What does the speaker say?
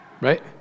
Right